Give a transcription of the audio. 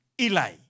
Eli